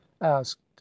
asked